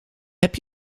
heb